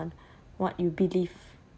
it's not depends on what you believe